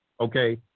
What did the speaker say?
okay